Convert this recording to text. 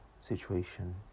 situation